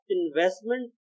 investment